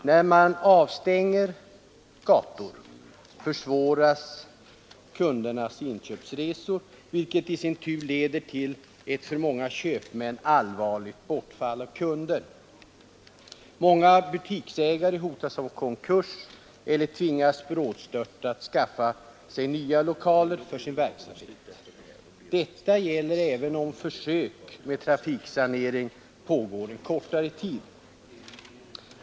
När man avstänger gator försvåras familjernas inköpsresor, vilket i sin tur leder till ett för många köpmän allvarligt bortfall av kunder. Många butiksägare hotas av konkurs eller tvingas brådstörtat skaffa nya lokaler för sin verksamhet. Detta gäller även om försök med trafiksanering pågår en kortare tid.